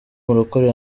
umurokore